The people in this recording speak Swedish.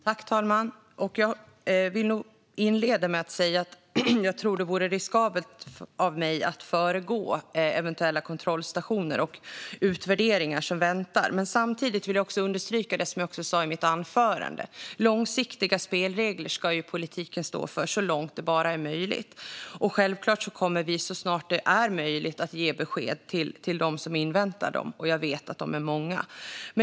Herr talman! Jag vill nog inleda med att säga att jag tror att det vore riskabelt för mig att föregå eventuella kontrollstationer och utvärderingar som väntar, men samtidigt vill jag understryka det jag sa i mitt anförande om att politiken så långt det bara är möjligt ska stå för långsiktiga spelregler. Självklart kommer vi att så snart det är möjligt ge besked till dem som inväntar sådana, och jag vet att de är många.